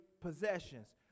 possessions